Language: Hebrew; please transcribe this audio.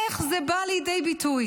איך זה בא לידי ביטוי?